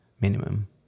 minimum